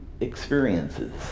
experiences